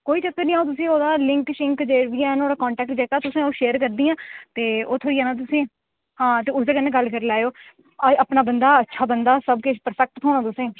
कोई चक्कर निं अंऊ ओह्दा लिंक जे बी ऐ ओह् लैता ओह् अंऊ तुसेंगी शेयर करगी ते ओह् थ्होई जाना तुसेंगी ते आं ओह्दे कन्नै गल्ल करी लैयो होर अपना बंदा अच्चा बदा सबकिश परफैक्ट थ्होना तुसेंगी